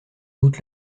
doute